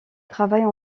travaillent